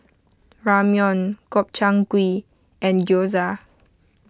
Ramyeon Gobchang Gui and Gyoza